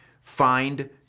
find